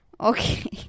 okay